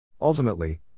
Ultimately